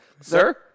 sir